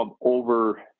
over-